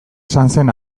sanzen